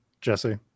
Jesse